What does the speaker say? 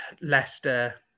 Leicester